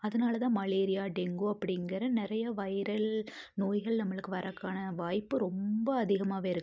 அதனால தான் malaria dengue அப்படிங்கிற நிறைய வைரல் நோய்கள் நம்மளுக்கு வர்றதுக்கான வாய்ப்பு ரொம்ப அதிகமாவே இருக்குது